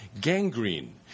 gangrene